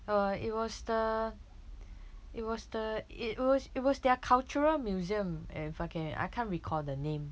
uh it was the it was the it was it was their cultural museum if I can I can't recall the name